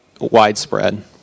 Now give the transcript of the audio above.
widespread